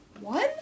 one